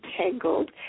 Tangled